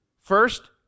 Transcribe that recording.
First